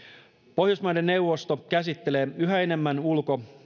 pohjoismaiden neuvosto käsittelee yhä enemmän ulko